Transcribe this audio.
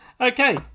Okay